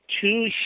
two